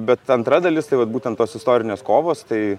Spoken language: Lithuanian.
bet antra dalis tai vat būtent tos istorinės kovos tai